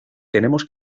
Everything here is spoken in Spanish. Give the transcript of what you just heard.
tenemos